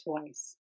twice